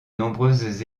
nombreuses